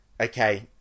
Okay